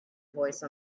voice